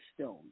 stone